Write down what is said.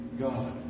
God